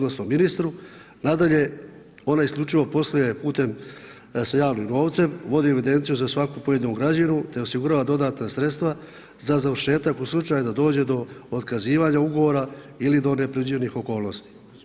Nadalje, ona isključivo posluje putem sa javnim novcem, vodi evidenciju za svaku pojedinu građevinu te osigurava dodatna sredstva za završetak u slučaju da dođe do otkazivanja ugovora ili do nepredviđenih okolnosti.